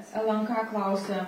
lnk klausia